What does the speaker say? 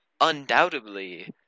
undoubtedly